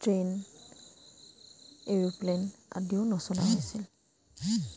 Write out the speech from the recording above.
train aeroplane আদিও নচলা হৈছিল